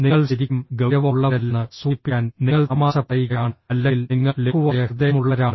നിങ്ങൾ ശരിക്കും ഗൌരവമുള്ളവരല്ലെന്ന് സൂചിപ്പിക്കാൻ നിങ്ങൾ തമാശ പറയുകയാണ് അല്ലെങ്കിൽ നിങ്ങൾ ലഘുവായ ഹൃദയമുള്ളവരാണ്